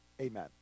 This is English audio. amen